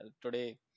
today